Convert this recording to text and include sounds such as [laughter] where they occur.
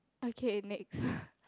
okay next [laughs]